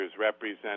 represent